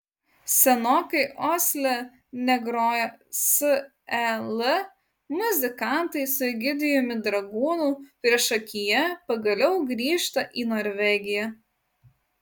senokai osle negroję sel muzikantai su egidijumi dragūnu priešakyje pagaliau grįžta į norvegiją